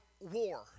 war